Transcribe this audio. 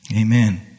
Amen